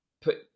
put